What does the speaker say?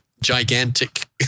gigantic